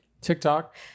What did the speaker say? TikTok